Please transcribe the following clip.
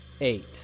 eight